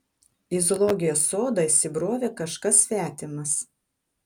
į zoologijos sodą įsibrovė kažkas svetimas